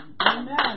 Amen